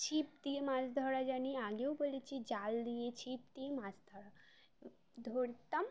ছিপ দিয়ে মাছ ধরা জানি আগেও বলেছি জাল দিয়ে ছিপ দিয়ে মাছ ধরা ধরতাম